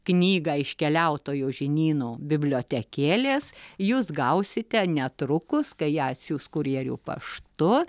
knygą iš keliautojų žinyno bibliotekėlės jūs gausite netrukus kai ją atsiųs kurjerių paštu